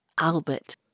Albert